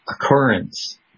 occurrence